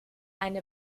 eine